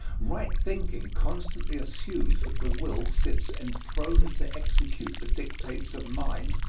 right thinking constantly assumes that the will sits enthroned to execute the dictates of mind,